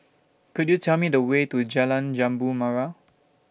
Could YOU Tell Me The Way to Jalan Jambu Mawar